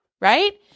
right